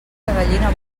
gallina